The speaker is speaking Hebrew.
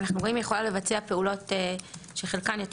ואנחנו רואים שהיא יכולה לבצע פעולות שחלקן יותר